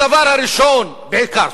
הדבר הראשון, בעיקר.